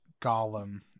golem